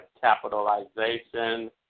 capitalization